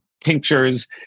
tinctures